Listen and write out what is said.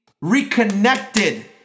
reconnected